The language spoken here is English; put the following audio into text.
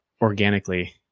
organically